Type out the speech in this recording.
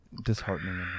Disheartening